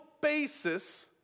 basis